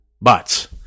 But